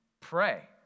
Pray